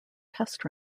test